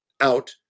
out